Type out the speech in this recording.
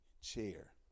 chair